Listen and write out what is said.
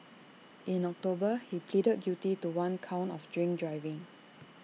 in October he pleaded guilty to one count of drink driving